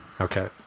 Okay